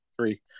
three